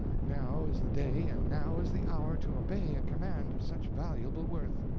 now is the day and now is the hour to obey a command of such valuable worth.